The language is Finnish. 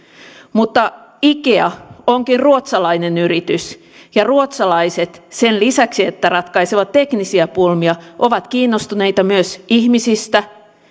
mutta ikea onkin ruotsalainen yritys ja ruotsalaiset sen lisäksi että ratkaisevat teknisiä pulmia ovat kiinnostuneita myös ihmisistä